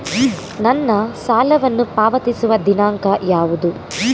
ನನ್ನ ಸಾಲವನ್ನು ಪಾವತಿಸುವ ದಿನಾಂಕ ಯಾವುದು?